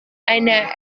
eine